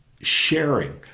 sharing